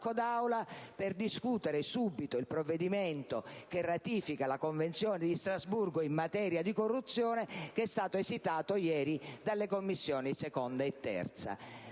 per discutere subito il provvedimento che ratifica la Convenzione di Strasburgo in materia di corruzione, esitato ieri dalle Commissioni riunite 2a